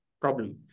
problem